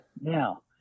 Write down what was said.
now